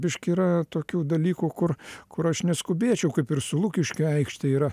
biškį yra tokių dalykų kur kur aš neskubėčiau kaip ir su lukiškių aikšte yra